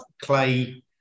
clay